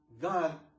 God